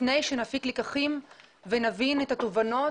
לפני שנפיק לקחים ונבין את התובנות,